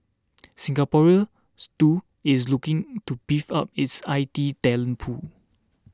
Singapore too is looking to beef up its I T talent pool